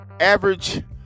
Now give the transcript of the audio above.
average